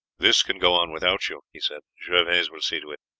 this can go on without you, he said gervaise will see to it.